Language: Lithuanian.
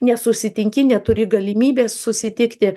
nesusitinki neturi galimybės susitikti